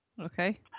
Okay